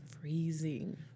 freezing